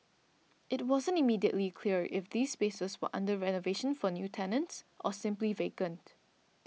it wasn't immediately clear if these spaces were under renovation for new tenants or simply vacant